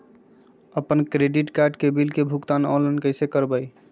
अपन credit card के bill के भुगतान ऑनलाइन कैसे करबैय?